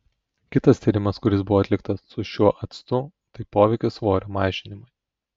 kitas tyrimas kuris buvo atliktas su šiuo actu tai poveikis svorio mažinimui